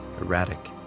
erratic